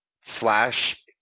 Flash